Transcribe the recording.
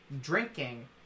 drinking